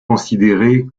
considéré